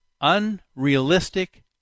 unrealistic